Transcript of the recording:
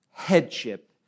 Headship